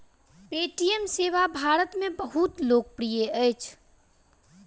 Paytm सेवा भारत में बहुत लोकप्रिय अछि